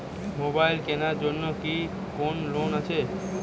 Mobile কেনার জন্য কি কোন লোন আছে?